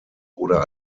oder